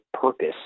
purpose